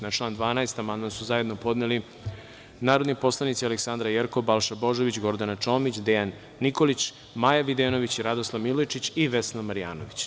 Na član 12. amandman su zajedno podneli narodni poslanici Aleksandra Jerkov, Balša Božović, Gordana Čomić, Dejan Nikolić, Maja Videnović, Radoslav Milojičić i Vesna Marjanović.